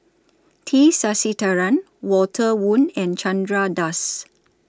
T Sasitharan Walter Woon and Chandra Das